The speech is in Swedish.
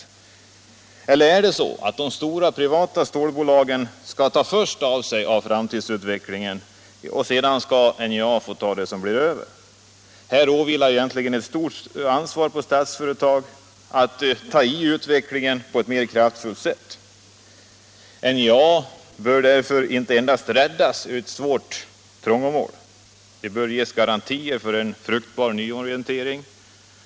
till Eller är det så, att de stora privata stålbolagen först skall ta för sig av framtidsutvecklingen och att NJA sedan skall få ta det som blir över? Här vilar egentligen ett stort ansvar på Statsföretag — att styra utvecklingen på ett mer kraftfullt sätt. NJA bör därför inte endast räddas ur ett svårt trångmål utan bör ges garantier för en fruktbar nyorientering.